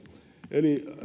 eli arvoisa